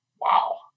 wow